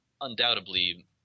undoubtedly